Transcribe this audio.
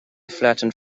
flattened